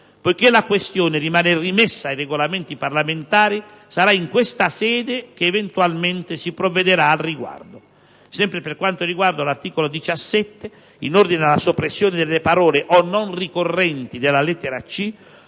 poiché la questione rimane rimessa ai Regolamenti parlamentari sarà in questa sede che eventualmente si provvederà al riguardo. Sempre per quanto riguarda l'articolo 17, in ordine alla soppressione delle parole «o non ricorrenti» dalla lettera